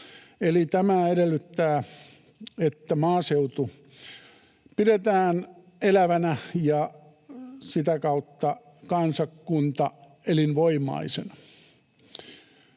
Eli tämä edellyttää, että maaseutu pidetään elävänä ja sitä kautta kansakunta elinvoimaisena.